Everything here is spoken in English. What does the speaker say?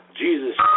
Jesus